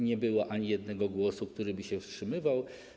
Nie było ani jednego głosu, który by się wstrzymywał.